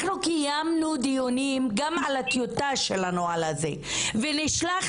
אנחנו קיימנו דיונים גם על הטיוטה של הנוהל הזה ונשלחו